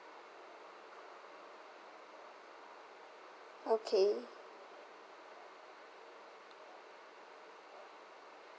okay